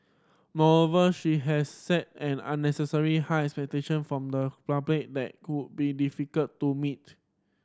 moreover she has set an unnecessary high expectation from the public that could be difficult to meet